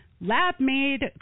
lab-made